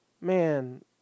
man